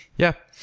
yeah.